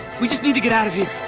we just need to get out of here!